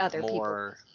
more